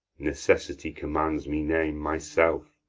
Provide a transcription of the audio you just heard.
necessity commands me name myself.